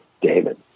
David